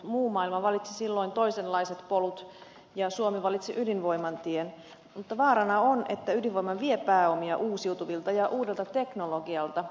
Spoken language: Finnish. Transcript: muu maailma valitsi silloin toisenlaiset polut ja suomi valitsi ydinvoiman tien mutta vaarana on että ydinvoima vie pääomia uusiutuvilta ja uudelta teknologialta